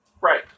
Right